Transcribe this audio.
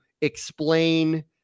explain